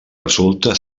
resulta